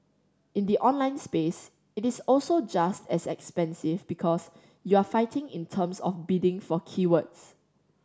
in the online space it is also just as expensive because you're fighting in terms of bidding for keywords